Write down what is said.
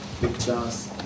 pictures